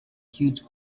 huge